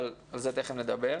אבל על זה תיכף נדבר.